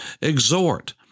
exhort